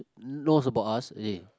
knows about us eh